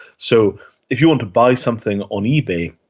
so if you want to buy something on ebay,